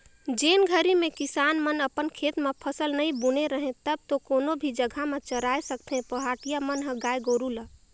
जेन घरी में किसान मन अपन खेत म फसल नइ बुने रहें तब तो कोनो भी जघा में चराय सकथें पहाटिया मन ह गाय गोरु ल